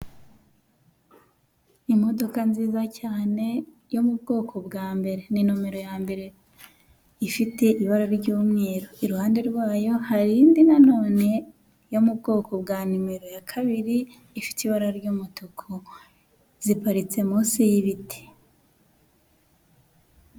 Imodoka nziza cyane yo mu bwoko bwa mbere, ni nomero ya mbere ifite ibara ry'umweru, iruhande rwayo hari indi na none yo mu bwoko bwa nimero ya kabiri ifite ibara ry'umutuku, ziparitse munsi y'ibiti.